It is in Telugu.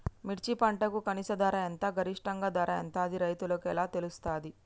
మిర్చి పంటకు కనీస ధర ఎంత గరిష్టంగా ధర ఎంత అది రైతులకు ఎలా తెలుస్తది?